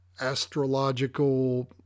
astrological